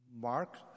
Mark